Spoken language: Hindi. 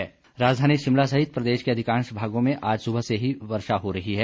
मौसम राजधानी शिमला सहित प्रदेश के अधिकांश भागों में आज सुबह से ही वर्षा हो रही है